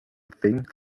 thing